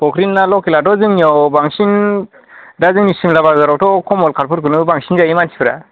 फुख्रिनि ना लकेलाथ' जोंनियाव बांसिन दा जोंनि सिमला बाजारावथ' खमनकार्टफोरखौनो बांसिन जायो मानसिफ्रा